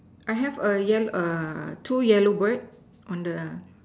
I have a yel~ err two yellow bird on the